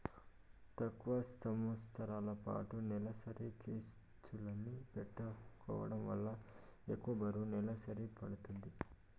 తక్కువ సంవస్తరాలపాటు నెలవారీ కిస్తుల్ని పెట్టుకోవడం వల్ల ఎక్కువ బరువు నెలవారీ పడతాంది